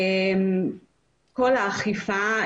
כל האכיפה,